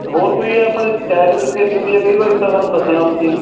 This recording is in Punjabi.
ਹੋਰ ਕੋਈ ਆਪਣੇ ਸ਼ਿਕਾਇਤ ਕਿਸੇ ਦੀ ਹੁੰਦੀ ਹੈ ਕਈ ਵਾਰੀ ਤਾਂ ਸਾਨੂੰ ਦੱਸਣਾ ਤੁਸੀਂ